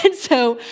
and so,